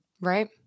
Right